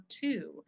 two